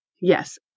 Yes